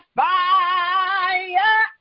fire